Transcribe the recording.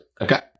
Okay